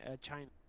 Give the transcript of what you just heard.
China